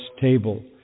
table